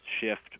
shift